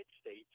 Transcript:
States